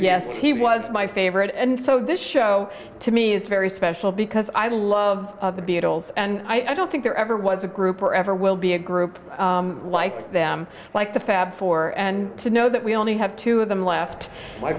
yes he was my favorite and so this show to me is very special because i love the beatles and i don't think there ever was a group or ever will be a group like them like the fab four and to know that we only have two of them left